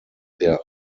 der